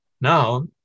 now